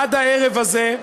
עד הערב הזה,